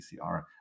PCR